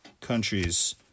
countries